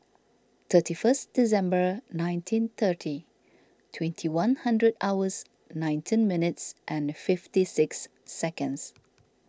thirty first December nineteen thirty twenty one hundred hours nineteen minutes and fifty six seconds